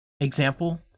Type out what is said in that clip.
example